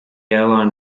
airline